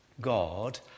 God